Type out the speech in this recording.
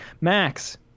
Max